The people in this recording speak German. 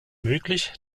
möglich